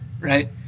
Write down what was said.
right